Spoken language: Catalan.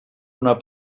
una